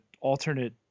alternate